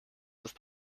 ist